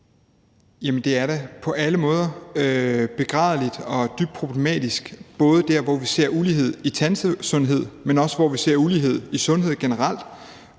det er da på alle måder begrædeligt og dybt problematisk – både der, hvor vi ser ulighed i tandsundhed, men også der, hvor vi ser ulighed i sundhed generelt.